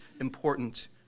important